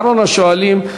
אחרון השואלים,